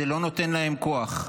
זה לא נותן להם כוח.